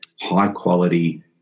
high-quality